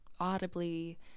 audibly